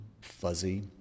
fuzzy